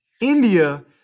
India